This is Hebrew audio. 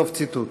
סוף ציטוט.